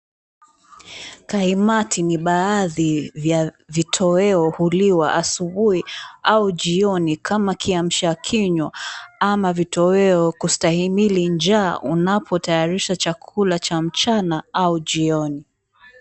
Kaimati ni baadhi vya vitoweo huliwa asubuhi au jioni kama kiamsha kinywa ama vitoweo, kustahimili njaa unapotayarisha chakula cha mchana au jioni.